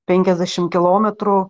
penkiasdešimt kilometrų